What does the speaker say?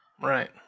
Right